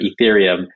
Ethereum